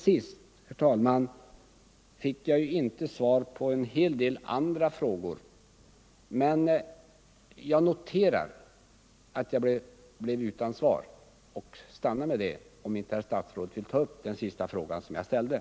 Slutligen fick jag inte något svar på en del andra frågor, som jag ställde. Nr 128 Jag noterar bara detta och skall sluta med det — om inte statsrådet vill Tisdagen den